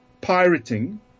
pirating